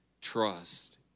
trust